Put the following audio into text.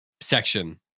section